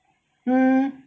mm